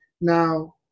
Now